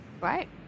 Right